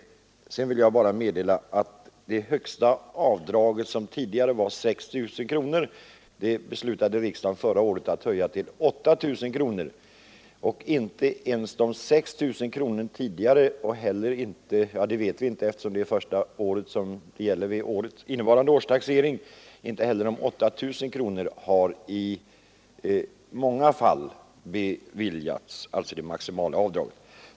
Dessutom vill jag bara nämna att det högsta avdraget tidigare var 6 000 kronor, men riksdagen beslutade i fjol att höja det till 8 000. Inte ens det tidigare maximala avdraget, 6 000 kronor, har beviljats i många fall. Hur ofta 8 000 kronor beviljas vet vi inte, eftersom detta maximala bidrag gäller första gången vid innevarande års taxering.